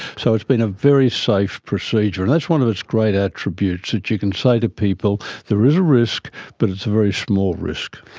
so it's been a very safe procedure, and that's one of its great attributes, that you can say to people there is a risk but it's a very small risk.